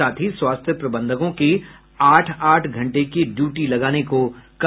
साथ ही स्वास्थ्य प्रबंधकों की आठ आठ घंटे की ड्यूटी लगाने को कहा